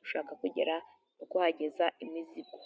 dushaka kugera，no kuhageza imizigo.